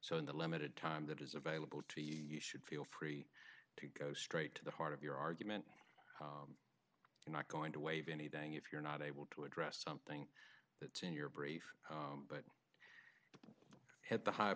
so in the limited time that is available to you you should feel free to go straight to the heart of your argument and not going to wave anything if you're not able to address something that's in your brief but at the high